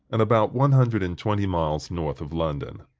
and about one hundred and twenty miles north of london.